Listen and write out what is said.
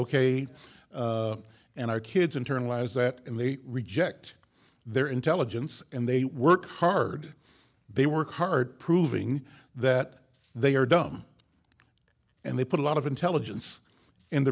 ok and our kids internalize that and they reject their intelligence and they work hard they work hard proving that they are dumb and they put a lot of intelligence